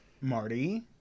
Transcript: Marty